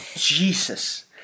Jesus